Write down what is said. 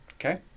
Okay